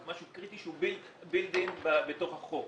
הוא משהו קריטי שהוא בִּילְד אִין בתוך החוק.